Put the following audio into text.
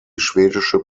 schwedische